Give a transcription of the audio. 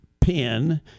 pin